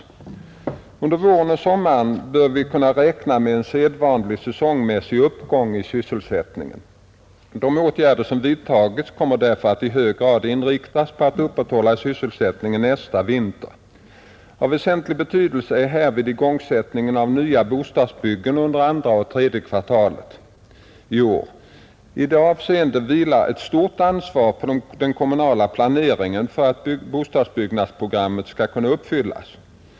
Under våren och sommaren bör vi kunna räkna med en sedvanlig säsongmässig uppgång i sysselsättningen. De åtgärder som vidtas kommer därför att i hög grad inriktas på att upprätthålla sysselsättningen nästa vinter. Av väsentlig betydelse är därvid igångsättningen av nya bostadsbyggen under andra och tredje kvartalen i år. I det avseendet vilar ett stort ansvar på den kommunala planeringen för att bostadsbyggnadspro grammet skall kunna uppfyllas.